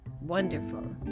wonderful